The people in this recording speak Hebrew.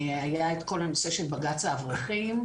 זה שהיה את כל נושא בג"ץ האברכים,